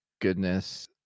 goodness